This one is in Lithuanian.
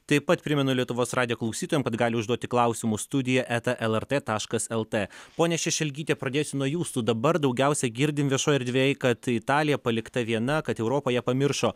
taip pat primenu lietuvos radijo klausytojam kad gali užduoti klausimus studija eta lrt taškas lt ponia šešelgyte pradėsiu nuo jūsų dabar daugiausiai girdim viešoj erdvėj kad italija palikta viena kad europa ją pamiršo